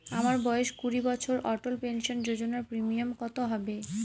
আমার বয়স কুড়ি বছর অটল পেনসন যোজনার প্রিমিয়াম কত হবে?